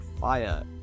fire